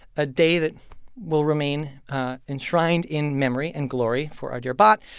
a day that will remain enshrined in memory and glory for our dear bot,